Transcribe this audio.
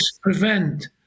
prevent